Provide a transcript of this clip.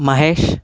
Mahesh